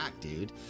dude